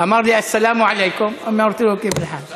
אמר לי "א-סלאם עליכום", אמרתי לו "כיף אל-חאל".